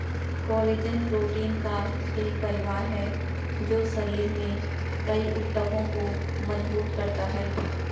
collagen protein का एक परिवार है जो शरीर में कई ऊतकों को मजबूत करता है